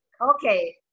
okay